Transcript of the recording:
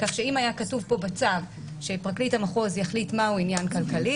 כך שאם היה כתוב פה בצו שפרקליט המחוז יחליט מהו עניין כלכלי,